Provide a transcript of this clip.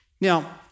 Now